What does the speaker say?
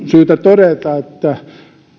syytä todeta että